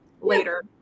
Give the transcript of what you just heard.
later